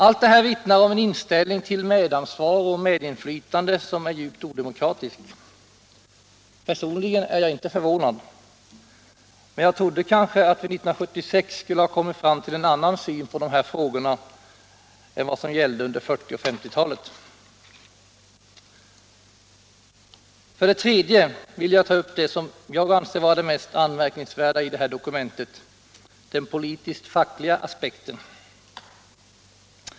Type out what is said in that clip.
Allt det här vittnar om en inställning till medansvar och medinflytande som är djupt odemokratisk. Personligen är jag inte förvånad, men jag trodde att vi 1976 skulle ha kommit fram till en annan syn på dessa frågor än vad som gällde på 1940 och 1950-talen. För det tredje vill jag ta upp det som jag anser vara det mest anmärkningsvärda i dokumentet, den politiskt-fackliga aspekten.